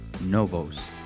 Novos